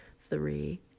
three